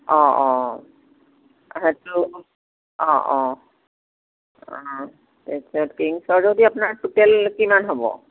অঁ অঁ সেইটো অঁ অঁ অঁ এতিয়া তিনিশ যদি আপোনাৰ টুটেল কিমান হ'ব